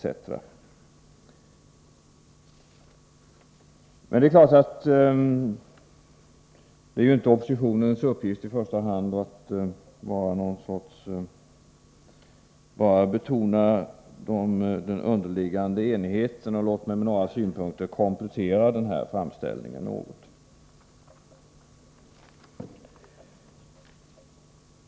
Oppositionens uppgift är inte i första hand att bara betona den underliggande enigheten. Låt mig därför med några synpunkter komplettera denna framställning.